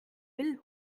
will